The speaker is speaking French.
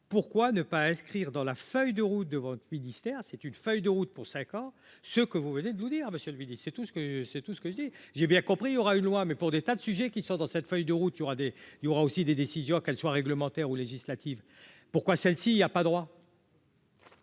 pourquoi ne pas inscrire dans la feuille de route de votre ministère, c'est une feuille de route pour 5 ans, ce que vous venez de vous dire monsieur le midi, c'est tout ce que c'est tout ce que je dis, j'ai bien compris, il y aura une loi mais pour des tas de sujets qui sort dans cette feuille de route, il y aura des il y aura aussi des décisions qu'elle soit réglementaire ou législative, pourquoi celle-ci il a pas droit.